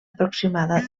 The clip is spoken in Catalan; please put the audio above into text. aproximada